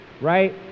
Right